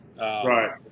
Right